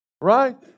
Right